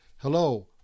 Hello